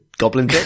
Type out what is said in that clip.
Goblin